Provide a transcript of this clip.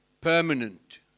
permanent